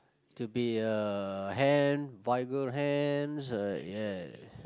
to be a hand vulgar hands ya